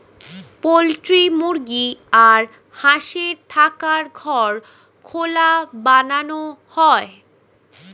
poultry মুরগি আর হাঁসের থাকার ঘর খোলা বানানো হয়